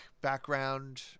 background